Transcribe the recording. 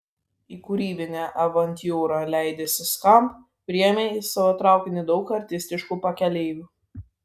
į kūrybinę avantiūrą leidęsi skamp priėmė į savo traukinį daug artistiškų pakeleivių